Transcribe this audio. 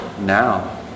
now